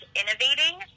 innovating